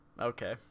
Okay